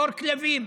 קור כלבים.